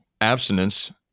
abstinence